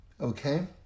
Okay